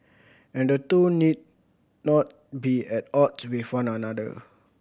and the two need not be at odds with one another